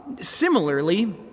Similarly